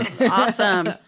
Awesome